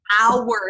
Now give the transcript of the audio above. hours